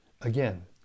again